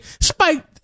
Spike